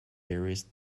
varies